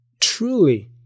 Truly